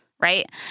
Right